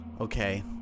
okay